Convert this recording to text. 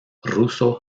ruso